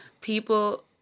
people